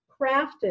crafted